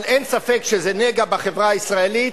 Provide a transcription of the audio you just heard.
אבל אין ספק שזה נגע בחברה הישראלית,